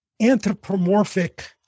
anthropomorphic